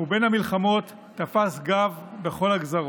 ובין המלחמות תפס קו בכל הגזרות.